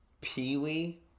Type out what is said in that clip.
Pee-wee